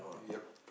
yup